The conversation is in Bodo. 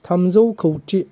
थामजौ खौथि